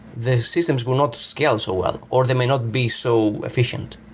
the systems will not scale so well or they may not be so efficient.